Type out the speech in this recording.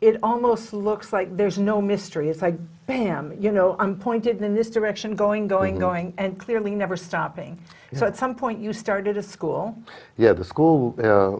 it almost looks like there's no mystery if i am you know i'm pointed in this direction going going going and clearly never stopping at some point you started a school yeah the school